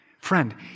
Friend